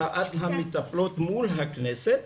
מחאת המטפלות מול הכנסת.